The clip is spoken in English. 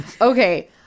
Okay